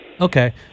Okay